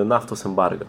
naftos embargą